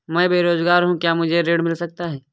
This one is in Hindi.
मैं बेरोजगार हूँ क्या मुझे ऋण मिल सकता है?